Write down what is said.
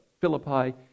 Philippi